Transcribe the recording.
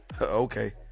okay